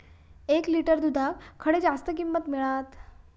एक लिटर दूधाक खडे जास्त किंमत मिळात?